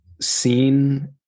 seen